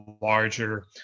larger